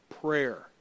prayer